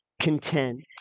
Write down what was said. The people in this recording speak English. content